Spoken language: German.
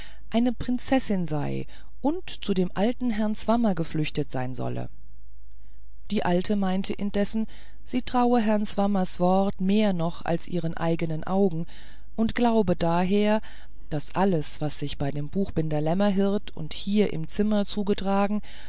eine prinzessin sein und zu dem alten herrn swammer geflüchtet sein solle die alte meinte indessen sie traue herrn swammers worten mehr noch als ihren eignen augen und glaube daher daß alles was sich bei dem buchbinder lämmerhirt und hier im zimmer zugetragen